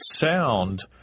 sound